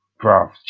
bro